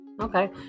Okay